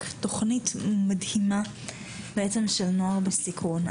תוכנית מדהימה בעצם של נוער בסיכון.